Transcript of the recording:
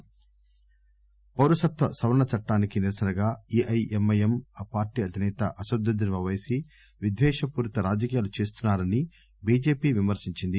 ఎంపఎం పౌరసత్వ సవరణ చట్టానికి నిరసనగా ఎఐఎంఐఎం ఆ పార్టీ అధిసేత అసదుద్గీన్ ఓపైసి విద్వేషపూరిత రాజకీయాలు చేస్తున్నారని బీజేపీ విమర్పించింది